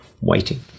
waiting